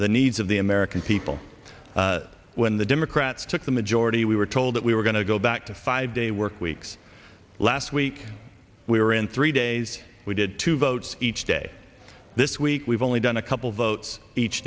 the needs of the american people when the democrats took the majority we were told that we were going to go back to five day work weeks last week we were in three days we did two votes each day this week we've only done a couple votes each